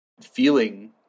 feeling